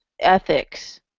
ethics